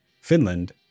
Finland